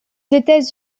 états